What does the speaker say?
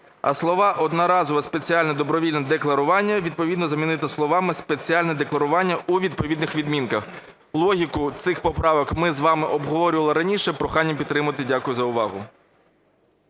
а слова "одноразове спеціальне добровільне декларування" відповідно замінити словами "спеціальне декларування" у відповідних відмінках. Логіку цих поправок ми з вами обговорювали раніше. Прохання підтримати. Дякую за увагу.